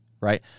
right